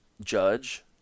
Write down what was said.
Judge